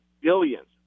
billions